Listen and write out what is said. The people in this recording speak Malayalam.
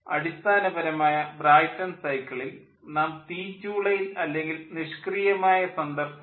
അടിസ്ഥാനപരമായ ബ്രായ്ട്ടൺ സൈക്കിളിൽ നാം തീച്ചൂളയിൽ അല്ലെങ്കിൽ നിഷ്ക്രിയമായ സന്ദർഭത്തിൽ